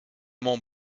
mont